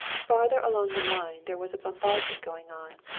farther along the line there was a bombardment going on.